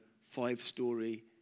five-story